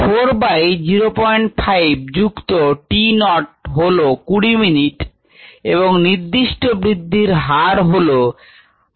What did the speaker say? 4 by 05 যুক্ত t naught হল 20 মিনিট এবং নির্দিস্ট growth rate হল hour inverse